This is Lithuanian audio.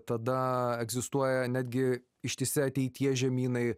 tada egzistuoja netgi ištisi ateities žemynai